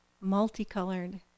Multicolored